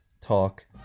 talk